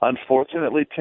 unfortunately